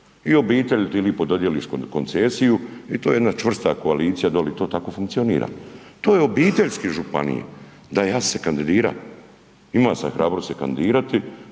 I obitelji ti lipo dodijeliš koncesiju i to je jedna čvrsta koalicija doli i to tako funkcionira. To je obiteljska županije. Da, ja sam se kandidira, imao sam hrabrosti se kandidirati